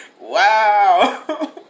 Wow